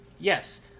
yes